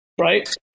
right